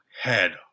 head